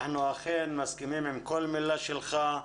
אכן אנחנו מסכימים עם כל מילה שלך.